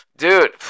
Dude